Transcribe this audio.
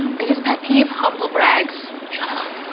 um biggest pet peeve? humble brags. shut up.